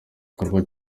gikorwa